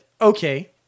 okay